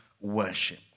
Worship